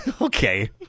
okay